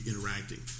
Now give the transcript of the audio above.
interacting